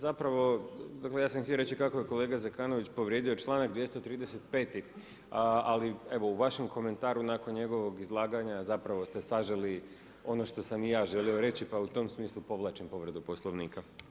Zapravo dakle ja sam htio reći kako je kolega Zekanović povrijedio članak 235. ali evo u vašem komentaru nakon njegovog izlaganja zapravo ste saželi ono što sam i ja želio reći, pa u tom smislu povlačim povredu Poslovnika.